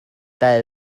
that